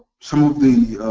some of the